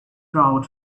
grout